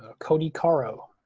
ah cody caro.